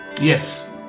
Yes